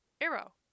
arrow